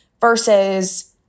versus